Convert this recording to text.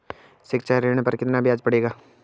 शिक्षा ऋण पर कितना ब्याज पड़ेगा?